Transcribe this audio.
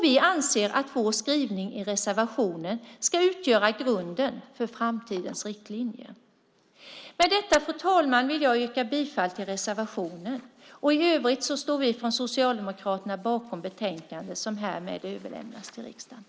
Vi anser att vår skrivning i reservationen ska utgöra grunden för framtidens riktlinjer. Med detta vill jag yrka på godkännande av anmälan i reservationen. I övrigt yrkar vi från Socialdemokraterna på godkännande av utskottets anmälan i betänkandet som härmed överlämnas till riksdagen.